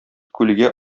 күлгә